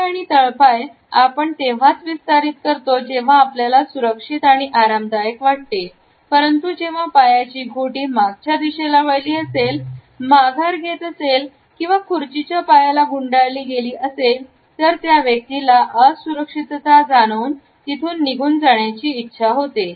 पाय आणि तळपाय आपण तेव्हाच विस्तारित करतो जेव्हा आपल्याला सुरक्षित आणि आरामदायक वाटते परंतु जेव्हा पायाची घोटी मागच्या दिशेला वळली असेल माघार घेत असेल किंवा खुर्चीच्या पायाला गुंडाळली गेली असेल असेल तर त्या व्यक्तीला असुरक्षितता जाणवून तिथून निघून जाण्याची इच्छा होते